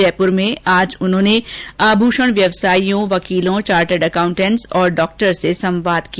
जयपुर में आज उन्होंने आभूषण व्यापारियों वकील चार्टर्ड एकाउन्टेंट तथा डॉक्टर्स से संवाद किया